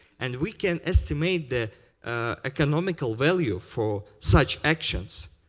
and we can estimate the economic ah value for such actions.